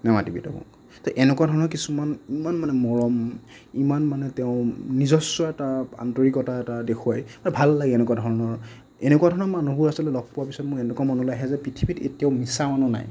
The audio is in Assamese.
নামাতিবি তই মোক তো এনেকুৱা ধৰণৰ কিছুমান ইমান মানে মৰম ইমান মানে তেওঁ নিজস্ব এটা আন্তৰিকতা এটা দেখুৱাই ভাল লাগে এনেকুৱা ধৰণৰ এনেকুৱা ধৰণৰ মানুহবোৰ আচলতে লগ পোৱাৰ পিছত মোৰ এনেকুৱা মনলৈ আহে যে পৃথিৱীত এতিয়াও মিছা মানুহ নাই